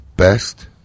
best